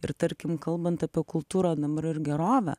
ir tarkim kalbant apie kultūrą dabar ir gerovę